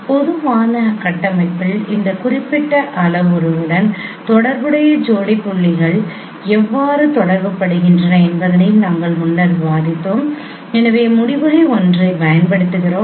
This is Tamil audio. பொதுவான கட்டமைப்பில் இந்த குறிப்பிட்ட அளவுருவுடன் தொடர்புடைய ஜோடி புள்ளிகள் எவ்வாறு தொடர்புபடுகின்றன என்பதையும் நாங்கள் முன்னர் விவாதித்தோம் எனவே முடிவிலி ஒன்றைப் பயன்படுத்துகிறோம்